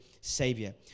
savior